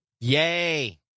Yay